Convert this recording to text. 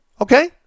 okay